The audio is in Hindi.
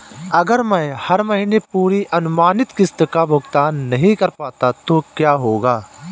अगर मैं हर महीने पूरी अनुमानित किश्त का भुगतान नहीं कर पाता तो क्या होगा?